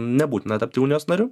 nebūtina tapti unijos nariu